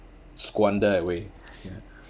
squander away ya